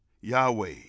yahweh